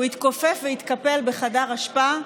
הוא התכופף והתקפל בחדר אשפה,